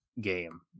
Game